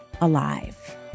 alive